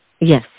yes